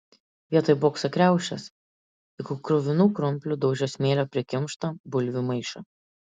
vietoj bokso kriaušės iki kruvinų krumplių daužė smėlio prikimštą bulvių maišą